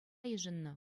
йышӑннӑ